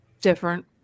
different